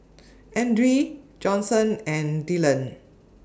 Edrie Johnson and Dyllan